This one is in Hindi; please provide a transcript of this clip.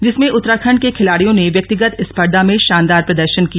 जिसमें उत्तराखंड के खिलाडियो ने व्यक्तिगत स्पर्धा में शानदार प्रदर्शन किया